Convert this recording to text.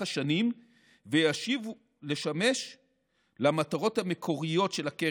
השנים וישובו לשמש למטרות המקוריות של הקרן,